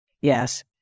Yes